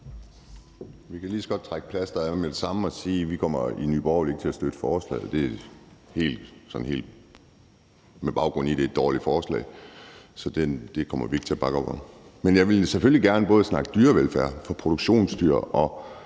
Jeg kan lige så godt trække plastret af med det samme og sige, at vi i Nye Borgerlige ikke kommer til at støtte forslaget, og det har sin baggrund i, at det er et dårligt forslag. Så det kommer vi ikke til at bakke op om. Men jeg vil selvfølgelig gerne snakke om dyrevelfærd for både produktionsdyr og